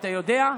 אתה יודע?